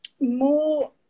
more